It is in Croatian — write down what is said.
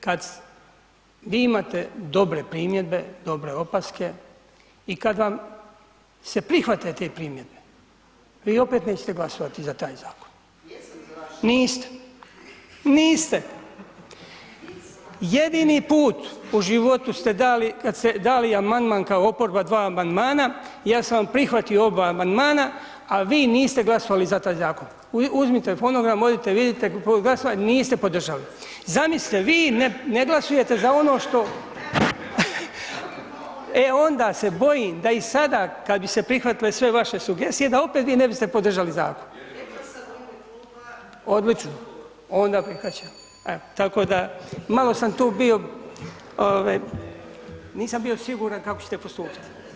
Kad vi imate dobre primjedbe, dobre opaske i kad vam se prihvate te primjedbe, vi opet nećete glasovati za taj zakon [[Upadica: Jesam za vaš]] Niste, niste, jedini put u životu ste dali kad se, dali amandman kao oporba dva amandmana, ja sam vam prihvatio oba amandmana, a vi niste glasovali za taj zakon, uzmite fonogram, odite vidite, po broju glasova niste podržali, zamislite vi ne glasujete za ono što … [[Upadica iz klupe se ne razumije]] e onda se bojim da i sada kad bi se prihvatile sve vaše sugestije da opet vi ne biste podržali zakon [[Upadica: Rekla sam u ime kluba]] odlično, onda prihvaćam, evo tako da malo sam tu bio, nisam bio siguran kako ćete postupit.